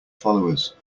followers